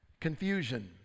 confusion